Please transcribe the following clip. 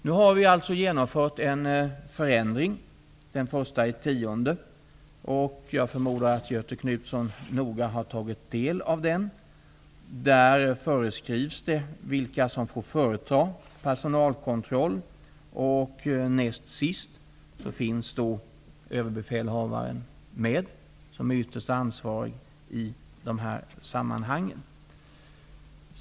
Nu har det alltså genomförts en förändring den 1 oktober -- jag förmodar att Göthe Knutson noga har tagit del av denna -- genom vilken det föreskrivs vilka som får företa personalkontroll och näst sist i ledet finns Överbefälhavaren. Han är ytterst ansvarig i dessa sammanhang.